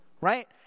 right